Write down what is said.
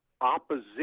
opposition